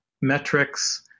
metrics